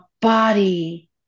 body